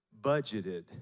budgeted